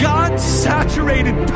God-saturated